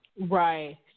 Right